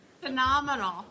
phenomenal